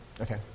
Okay